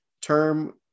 term